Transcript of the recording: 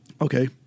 Okay